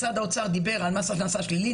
משרד האוצר דיבר על מס הכנסה שלילי,